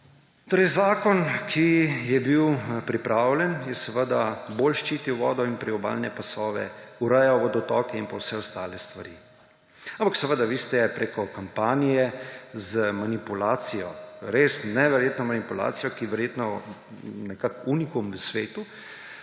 Torej zakon, ki je bil pripravljen in ki seveda bolj ščiti vodo in priobalne pasove, ureja vodotoke in pa vse ostale stvari. Ampak seveda, vi ste preko kampanje, z manipulacijo, res neverjetno manipulacijo, ki je verjetno nekak unikum v svetu,